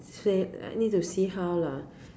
say I need to see how lah